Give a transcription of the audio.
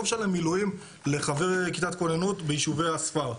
משלם מילואים לחבר כיתת כוננות ביישובי הספר.